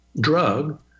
drug